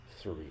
three